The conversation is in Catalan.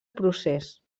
procés